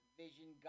vision